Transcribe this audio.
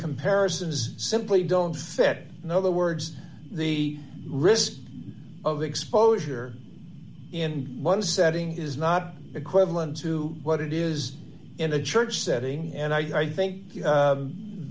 comparisons simply don't set in other words the risk of exposure in one setting is not equivalent to what it is in a church setting and i think